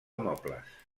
mobles